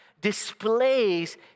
displays